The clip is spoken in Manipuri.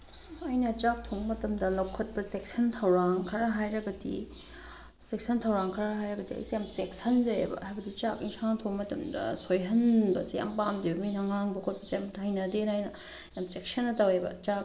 ꯑꯩꯅ ꯆꯥꯛ ꯊꯣꯡꯕ ꯃꯇꯝꯗ ꯂꯧꯈꯠꯄꯁꯦ ꯆꯦꯛꯁꯤꯟ ꯊꯧꯔꯥꯡ ꯈꯔ ꯍꯥꯏꯔꯒꯗꯤ ꯆꯦꯛꯁꯤꯟ ꯊꯧꯔꯥꯡ ꯈꯔ ꯍꯥꯏꯔꯒꯗꯤ ꯑꯩꯁꯦ ꯌꯥꯝ ꯆꯦꯛꯁꯤꯟꯖꯩꯕ ꯍꯥꯏꯕꯗꯤ ꯆꯥꯛ ꯌꯦꯟꯁꯥꯡ ꯊꯣꯡꯕ ꯃꯇꯝꯗ ꯁꯣꯏꯍꯟꯕꯁꯦ ꯌꯥꯝ ꯄꯥꯝꯗꯦꯕ ꯃꯤꯅ ꯉꯥꯡꯕ ꯈꯣꯠꯄꯁꯦ ꯌꯥꯥꯝ ꯍꯩꯅꯗꯦꯅ ꯑꯩꯅ ꯌꯥꯝ ꯆꯦꯛꯁꯤꯟꯅ ꯇꯧꯑꯦꯕ ꯆꯥꯛ